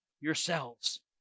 yourselves